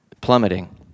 plummeting